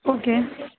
okay